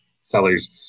sellers